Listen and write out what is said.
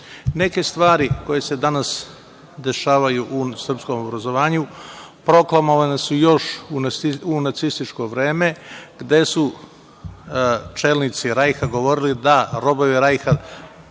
stvari koje se danas dešavaju u srpskom obrazovanju proklamovane su još u nacističko vreme, gde su čelnici Rajha govorili da robovima Rajha